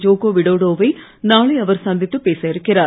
Joko Widodo வை நாளை அவர் சந்தித்துப் பேச இருக்கிறார்